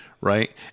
right